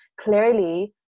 clearly